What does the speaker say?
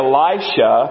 Elisha